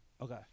okay